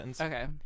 Okay